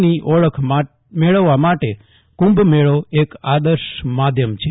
ની ઓળખ મેળવવા માટે કુંભ એક આર્દશ માધ્યમ છે